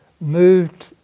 moved